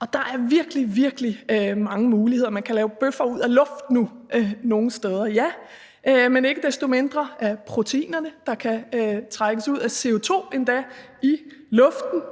og der er virkelig, virkelig mange muligheder. Nu kan man nogle steder lave bøffer ud af luft – af proteinerne, der kan trækkes ud af CO2 i luften.